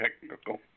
technical